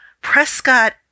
Prescott